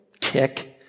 kick